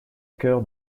cœur